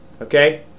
okay